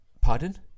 Pardon